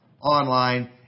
online